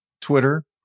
Twitter